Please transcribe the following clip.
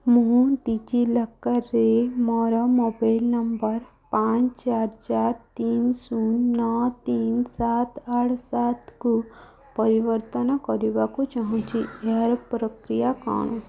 ମୁଁ ଡିଜିଲକର୍ରେ ମୋର ମୋବାଇଲ୍ ନମ୍ବର୍ ପାଞ୍ଚ ଚାରି ଚାରି ତିନି ଶୂନ ନଅ ତିନି ସାତ ଆଠ ସାତକୁ ପରିବର୍ତ୍ତନ କରିବାକୁ ଚାହୁଁଛି ଏହାର ପ୍ରକ୍ରିୟା କ'ଣ